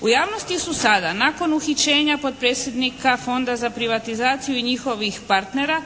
U javnosti su sada nakon uhićenja potpredsjednika Fonda za privatizaciju i njihovih partnera